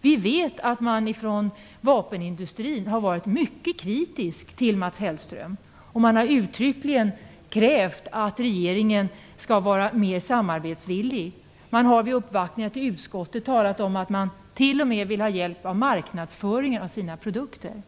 Vi vet att man inom vapenindustrin har varit mycket kritisk till Mats Hellström och uttryckligen krävt att regeringen skall vara mer samarbetsvillig. Man har vid uppvaktningar i utskottet talat om att man t.o.m. vill ha hjälp med marknadsföringen av sina produkter.